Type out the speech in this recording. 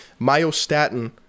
Myostatin